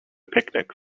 picnic